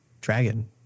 dragon